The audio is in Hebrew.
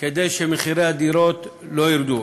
כדי שמחירי הדירות לא ירדו.